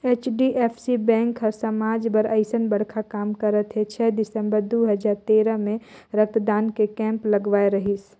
HDFC bank हर समाज बर अइसन बड़खा काम करत हे छै दिसंबर दू हजार तेरा मे रक्तदान के केम्प लगवाए रहीस